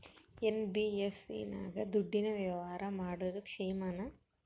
NBFC ನಾಗ ದುಡ್ಡಿನ ವ್ಯವಹಾರ ಮಾಡೋದು ಕ್ಷೇಮಾನ?